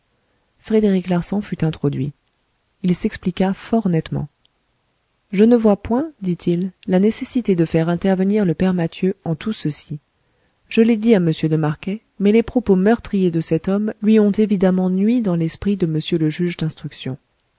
frédéric larsan fut introduit il s'expliqua fort nettement je ne vois point dit-il la nécessité de faire intervenir le père mathieu en tout ceci je l'ai dit à m de marquet mais les propos meurtriers de cet homme lui ont évidemment nui dans l'esprit de m le juge d'instruction